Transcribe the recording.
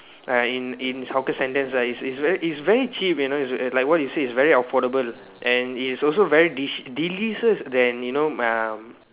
uh in in hawker centres right it's very it's very cheap you know it's like what you said it's very affordable and it's also very dish delicious than you know um